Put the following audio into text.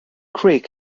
creek